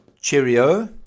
cheerio